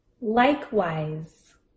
Likewise